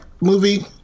movie